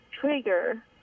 trigger